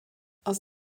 aus